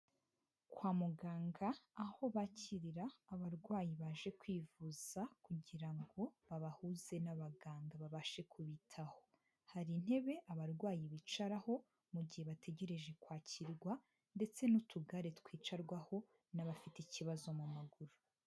Kwa muganga, aho bakirira abarwayi baje kwivuza kugira ngo babahuze n'abaganga babashe kubitaho. Hari intebe, abarwayi bicaraho mu gihe bategereje kwakirwa ndetse n'utugare twicarwaho n'abafite ikibazo mu maguru.